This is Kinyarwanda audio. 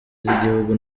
z’igihugu